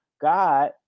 God